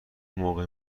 موقع